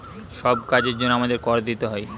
সব কাজের জন্যে আমাদের কর দিতে হয়